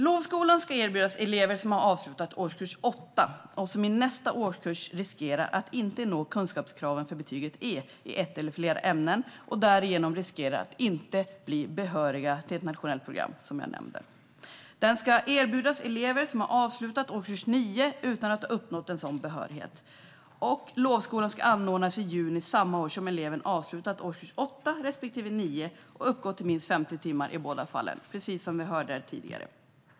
Lovskolan ska erbjudas elever som har avslutat årskurs 8 och som i nästa årskurs riskerar att inte nå kunskapskraven för betyget E i ett eller flera ämnen och därigenom riskerar att inte bli behöriga till ett nationellt program, som jag nämnde. Den ska erbjudas elever som har avslutat årskurs 9 utan att ha uppnått en sådan behörighet. Lovskolan ska anordnas i juni samma år som eleven har avslutat årskurs 8 respektive 9 och uppgå till minst 50 timmar i båda fallen, precis som vi hörde här tidigare.